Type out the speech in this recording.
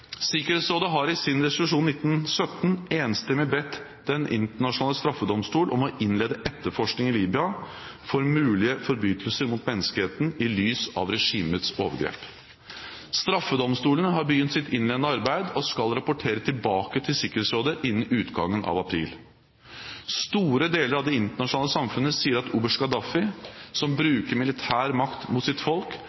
Sikkerhetsrådet har i sin resolusjon 1970 enstemmig bedt Den internasjonale straffedomstol om å innlede etterforskning i Libya for mulige forbrytelser mot menneskeheten i lys av regimets overgrep. Straffedomstolen har begynt sitt innledende arbeid og skal rapportere tilbake til Sikkerhetsrådet innen utgangen av april. Store deler av det internasjonale samfunn sier at oberst Gaddafi, som